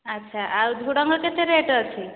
ଆଚ୍ଛା ଆଉ ଝୁଡ଼ଙ୍ଗ କେତେ ରେଟ୍ ଅଛି